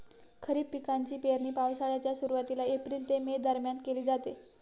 खरीप पिकांची पेरणी पावसाळ्याच्या सुरुवातीला एप्रिल ते मे दरम्यान केली जाते